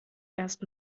erst